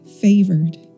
favored